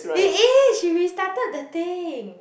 it is she restarted the thing